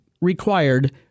required